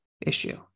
issue